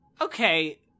Okay